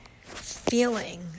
feeling